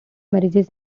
marriages